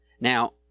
Now